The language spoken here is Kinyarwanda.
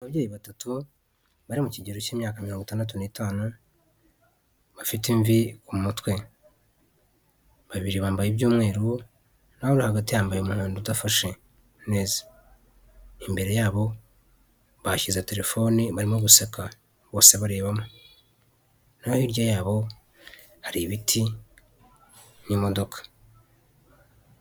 Ababyeyi batatu bari mu kigero cy'imyaka mirongo itandatu n'itanu bafite imvi ku mutwe, babiri bambaye iby'umweru naho uri hagati yambaye umuhondo udafashe neza, imbere yabo bahashyize telefone barimo guseka bose barebamo no hirya yabo hari ibiti n'imodoka.